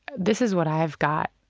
this is what i've got.